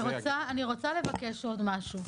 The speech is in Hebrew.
אני רוצה לבקש עוד משהו.